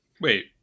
Wait